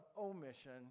omission